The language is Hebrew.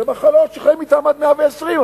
במחלות שחיים אתן עד מאה-ועשרים,